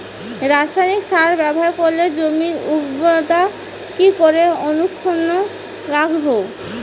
রাসায়নিক সার ব্যবহার করে জমির উর্বরতা কি করে অক্ষুণ্ন রাখবো